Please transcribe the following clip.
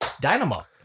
Dynamo